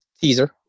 teaser